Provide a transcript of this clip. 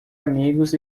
amigos